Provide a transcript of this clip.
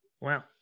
Wow